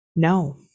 No